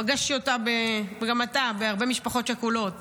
פגשתי אותה וגם אתה בהרבה משפחות שכולות,